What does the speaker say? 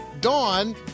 Dawn